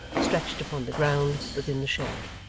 stretched upon the ground within the shed,